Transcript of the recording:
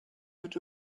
wird